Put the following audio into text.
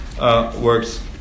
works